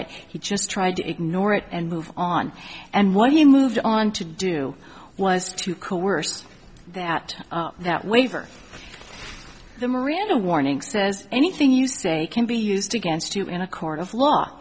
it he just tried to ignore it and move on and what he moved on to do was to coerce that that waiver the miranda warning says anything you say it can be used against you in a court of law